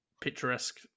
picturesque